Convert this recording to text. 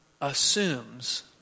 assumes